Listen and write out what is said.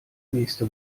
nächste